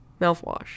mouthwash